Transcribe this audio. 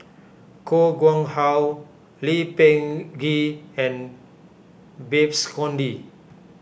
Koh Guang How Lee Peh Gee and Babes Conde